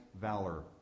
Valor